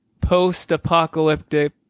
post-apocalyptic